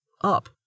Up